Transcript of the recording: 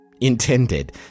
intended